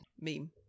meme